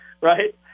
right